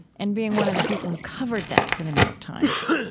and being one of the people who covered that for the new york times.